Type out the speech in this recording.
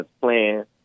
plan